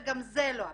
וגם זה לא עבד.